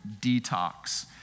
detox